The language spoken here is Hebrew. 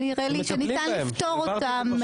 שנראה לי שניתן לפתור אותם.